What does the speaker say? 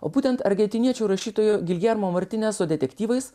o būtent argetiniečių rašytojo giljermo martineso detektyvais